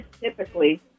typically